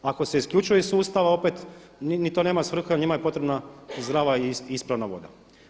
Ako se isključuje iz sustava opet ni to nema svrhe jel njima je potrebna zdrava i ispravna voda.